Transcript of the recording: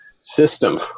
system